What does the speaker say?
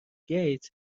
گیتس